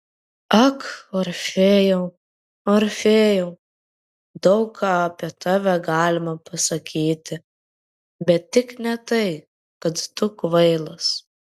ak orfėjau orfėjau daug ką apie tave galima pasakyti bet tik ne tai kad tu kvailas